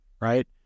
right